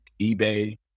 eBay